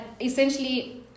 essentially